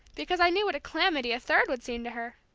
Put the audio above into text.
because i knew what a calamity a third would seem to her!